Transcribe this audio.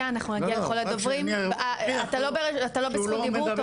אתה לא בזכות דיבור,